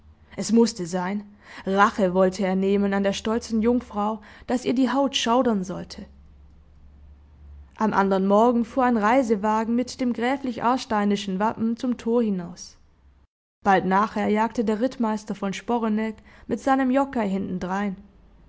es mußte sein rache wollte er nehmen an der stolzen jungfrau daß ihr die haut schaudern sollte am andern morgen fuhr ein reisewagen mit dem gräflich aarsteinischen wappen zum tor hinaus bald nachher jagte der rittmeister von sporeneck mit seinem jockei hintendrein